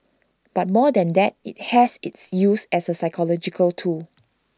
but more than that IT has its use as A psychological tool